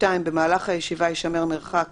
במהלך הישיבה יישמר מרחק